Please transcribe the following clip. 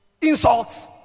Insults